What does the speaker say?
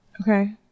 Okay